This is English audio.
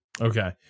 Okay